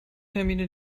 termine